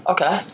Okay